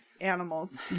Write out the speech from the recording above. animals